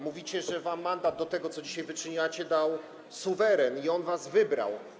Mówicie, że wam mandat do tego, co dzisiaj wyczyniacie, dał suweren i on was wybrał.